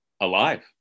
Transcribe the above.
Alive